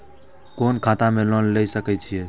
कोन खाता में लोन ले सके छिये?